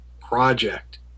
project